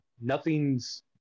nothing's